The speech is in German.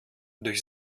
durch